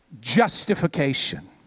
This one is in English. justification